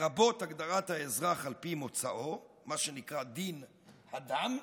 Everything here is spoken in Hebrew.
לרבות הגדרת האזרח על פי מוצאו, מה שנקרא דין הדם.